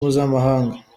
mpuzamahanga